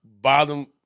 bottom